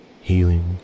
Healing